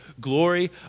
glory